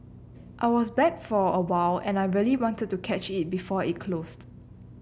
I was back for a while and I really wanted to catch it before it closed